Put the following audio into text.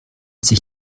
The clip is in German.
sich